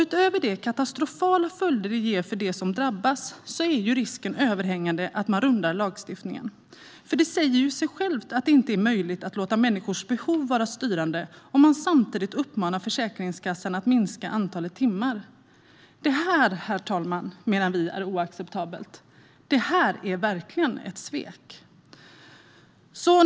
Utöver de katastrofala följder som det blir för dem som drabbas är risken överhängande att man rundar lagstiftningen. Det säger ju sig självt att det inte är möjligt att låta människors behov vara styrande, om man samtidigt uppmanar Försäkringskassan att minska antalet timmar. Herr talman! Vi menar att detta är oacceptabelt. Det är verkligen ett svek.